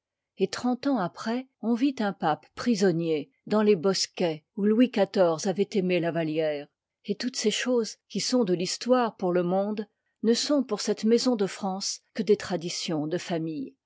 et trente ans après on vit un pape prisonnier dans les bosquets où louis xiv avoitaimé la vallière et toutes ces choses qui sont de l'histoire pour le monde ne sont pour cette maison de france que des traditions de famille